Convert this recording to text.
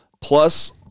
plus